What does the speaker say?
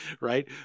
right